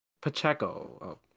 Pacheco